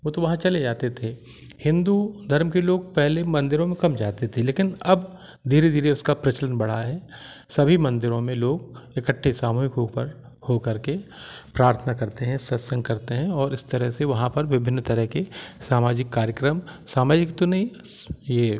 वो तो वहाँ चले जाते थे हिन्दू धर्म के लोग पहले मंदिरों में कम जाते थे लेकिन अब धीरे धीरे उसका प्रचलन बढ़ा है सभी मंदिरों में लोग इकट्ठे सामूहिक हो कर हो कर के प्रार्थना करते हैं सत्संग करते हैं और इस तरह से वहाँ पर विभिन्न तरह के सामाजिक कार्यक्रम सामाजिक तो नहीं ये